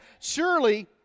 surely